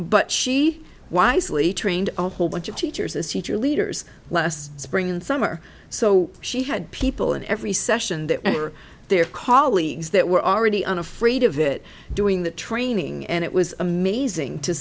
but she wisely trained whole bunch of teachers as teacher leaders last spring and summer so she had people in every session that were there colleagues that were already unafraid of it doing the training and it was amazing to